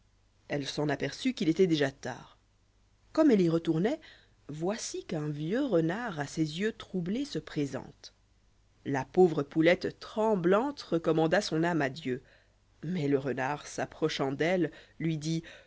elle s'en aperçut qu'il était déjà tard comme elle y retournoit voici qu'un vieux renard a ses yeux troublés se présente la pauvre poulette tremblante recomrilanda son âme à dieu mais le reriard s'approchant d'elle lui dit